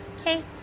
Okay